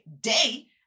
day